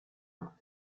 out